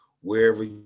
wherever